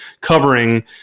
covering